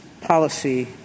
policy